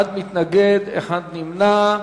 אחד מתנגד, אחד נמנע.